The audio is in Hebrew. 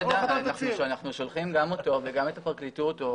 כשאנחנו שולחים גם אותו וגם את הפרקליטות,